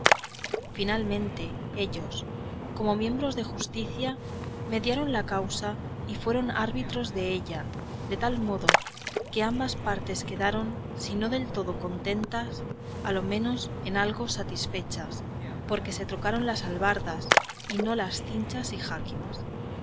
finalmente ellos como miembros de justicia mediaron la causa y fueron árbitros della de tal modo que ambas partes quedaron si no del todo contentas a lo menos en algo satisfechas porque se trocaron las albardas y no las cinchas y jáquimas